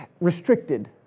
Restricted